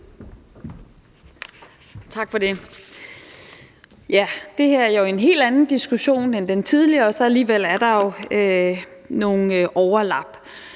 Tak for det. Det her er jo en helt anden diskussion end den tidligere, men så alligevel er der nogle overlap.